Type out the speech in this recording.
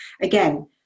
Again